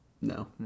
No